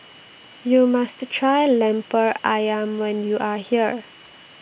YOU must Try Lemper Ayam when YOU Are here